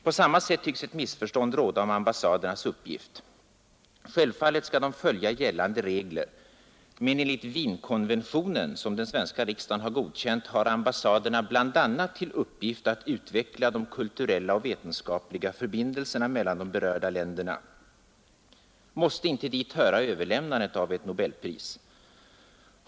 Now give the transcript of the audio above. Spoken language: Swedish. På samma sätt tycks ett missförstånd råda om ambassadernas uppgift. Självfallet skall de följa gällande regler, men enligt Wienkonventionen, som den svenska riksdagen har godkänt, har ambassaderna bl.a. till uppgift att utveckla de kulturella och vetenskapliga förbindelserna mellan de berörda länderna, Måste inte överlämnandet av ett nobelpris höra till denna uppgift?